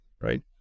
right